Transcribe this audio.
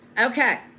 Okay